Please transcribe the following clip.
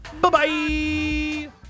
Bye-bye